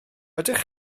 ydych